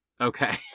Okay